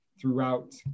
throughout